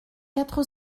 quatre